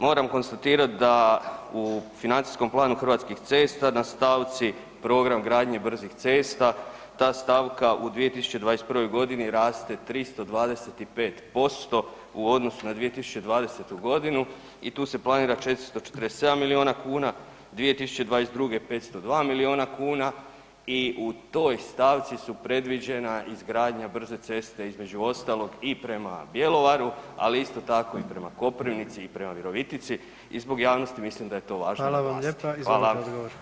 Moram konstatirati da u financijskom planu Hrvatskih cesta na stavci program gradnje brzih cesta ta stavka u 2021. godini raste 325% u odnosu na 2020. godinu i tu se planira 447 miliona kuna, 2022. 502 miliona kuna i u toj stavci su predviđena izgradnja brze ceste između ostalog i prema Bjelovaru, ali isto tako i prema Koprivnici i prema Virovitici i zbog javnosti mislim da je to važno naglasiti.